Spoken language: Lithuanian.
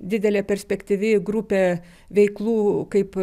didelė perspektyvi grupė veiklų kaip